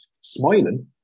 smiling